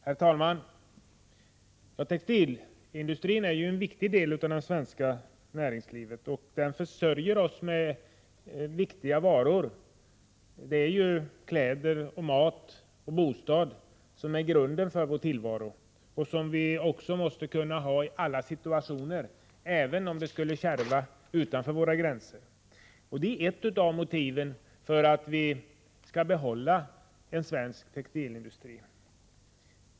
Herr talman! Textilindustrin är en viktig del av det svenska näringslivet och försörjer oss med viktiga varor. Det är ju kläder, mat och bostad som är grunden för vår tillvaro och som vi måste kunna ha i alla situationer, även om det skulle kärva utanför våra gränser. Det är ett av motiven till att vi skall behålla en svensk textilindustri.